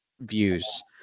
views